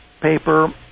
paper